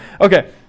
Okay